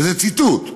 וזה ציטוט,